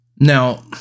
Now